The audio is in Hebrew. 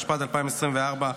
התשפ"ד 2024,